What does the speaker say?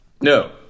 No